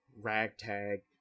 ragtag